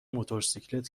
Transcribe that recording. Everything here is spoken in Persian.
موتورسیکلت